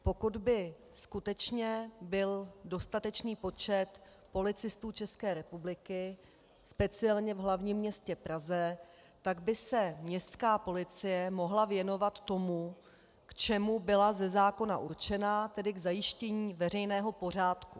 Pokud by skutečně byl dostatečný počet policistů České republiky, speciálně v hlavním městě Praze, tak by se městská policie mohla věnovat tomu, k čemu byla ze zákona určena, tedy k zajištění veřejného pořádku.